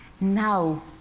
now,